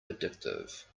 addictive